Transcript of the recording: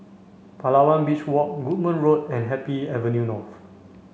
Palawan Beach Walk Goodman Road and Happy Avenue North